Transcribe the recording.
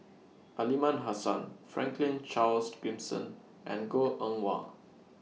Aliman Hassan Franklin Charles Gimson and Goh Eng Wah